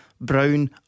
Brown